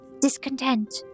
discontent